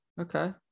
Okay